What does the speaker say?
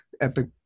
epic